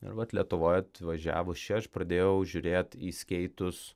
ir vat lietuvoj atvažiavus čia aš pradėjau žiūrėt į skeitus